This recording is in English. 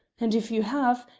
and if you have,